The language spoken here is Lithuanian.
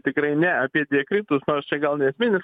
tikrai ne apie diakritus nors čia gal neesminis